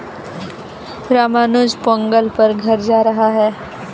रामानुज पोंगल पर घर जा रहा है